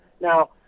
now